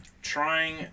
Trying